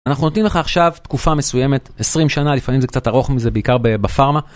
אנחנו נותנים לך עכשיו תקופה מסוימת 20 שנה לפעמים זה קצת ארוך מזה בעיקר בפארמה.